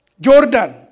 Jordan